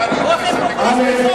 באופן פופוליסטי